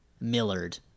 Millard